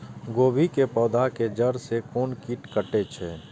गोभी के पोधा के जड़ से कोन कीट कटे छे?